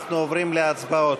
אנחנו עוברים להצבעות.